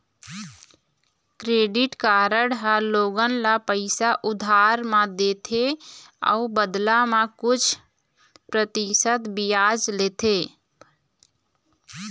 credit card ह लोगन ल पइसा उधार म देथे अउ बदला म कुछ परतिसत बियाज लेथे